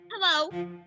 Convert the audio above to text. Hello